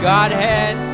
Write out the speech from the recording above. Godhead